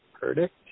verdict